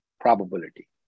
probability